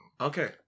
Okay